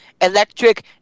electric